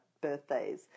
birthdays